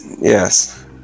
yes